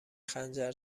خنجر